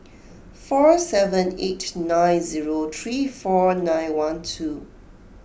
four seven eight nine zero three four nine one two